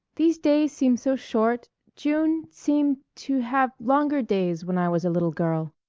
these days seem so short june seemed to have longer days when i was a little girl.